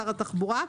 שר התחבורה,